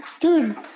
Dude